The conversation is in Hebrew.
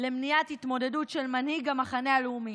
למניעת התמודדות של מנהיג המחנה הלאומי,